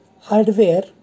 hardware